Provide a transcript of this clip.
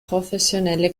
professionelle